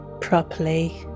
properly